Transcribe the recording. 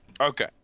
Okay